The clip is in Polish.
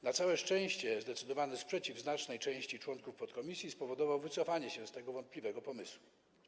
Na całe szczęście zdecydowany sprzeciw znacznej części członków podkomisji spowodował wycofanie się z tego wątpliwego pomysłu.